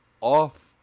off